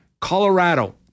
Colorado